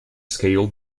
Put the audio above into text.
scale